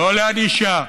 לא לענישה,